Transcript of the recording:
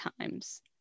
times